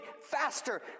faster